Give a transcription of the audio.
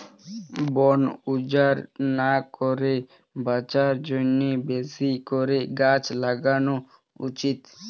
বন উজাড় না করে বাঁচার জন্যে বেশি করে গাছ লাগানো উচিত